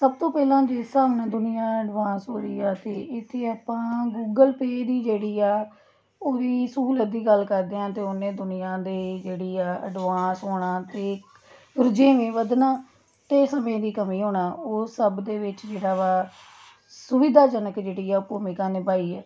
ਸਭ ਤੋਂ ਪਹਿਲਾਂ ਜਿਸ ਹਿਸਾਬ ਨਾਲ ਦੁਨੀਆ ਐਡਵਾਂਸ ਹੋ ਰਹੀ ਹੈ ਅਤੇ ਇੱਥੇ ਆਪਾਂ ਗੁੱਗਲ ਪੇ ਦੀ ਜਿਹੜੀ ਆ ਉਹਦੀ ਸਹੂਲਤ ਦੀ ਗੱਲ ਕਰਦੇ ਹਾਂ ਅਤੇ ਉਹਨੇ ਦੁਨੀਆ ਦੇ ਜਿਹੜੀ ਆ ਅਡਵਾਂਸ ਹੋਣਾ ਅਤੇ ਰੁਝੇਵੇਂ ਵਧਣਾ ਅਤੇ ਸਮੇਂ ਦੀ ਕਮੀ ਹੋਣਾ ਉਹ ਸਭ ਦੇ ਵਿੱਚ ਜਿਹੜਾ ਵਾ ਸੁਵਿਧਾਜਨਕ ਜਿਹੜੀ ਹੈ ਭੂਮਿਕਾ ਨਿਭਾਈ ਹੈ